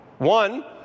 One